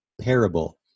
parable